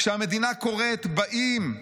"כשהמדינה קוראת, באים.